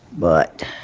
but